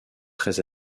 très